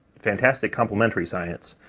fantastic complementary science,